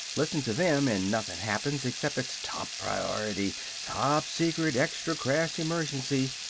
listen to them, and nothin' happens except it's top priority top secret extra crash emergency!